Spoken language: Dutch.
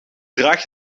draag